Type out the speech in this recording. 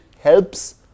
helps